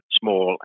small